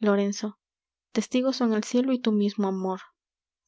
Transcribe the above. lorenzo testigos son el cielo y tu mismo amor